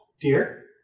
dear